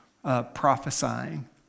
Prophesying